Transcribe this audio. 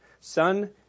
Son